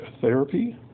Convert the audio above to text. therapy